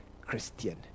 Christian